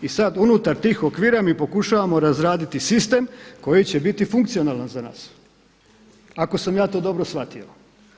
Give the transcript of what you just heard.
I sad unutar tih okvira mi pokušavamo razraditi sistem koji će biti funkcionalan za nas ako sam ja to dobro shvatio.